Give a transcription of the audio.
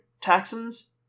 taxons